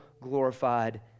glorified